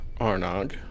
Arnog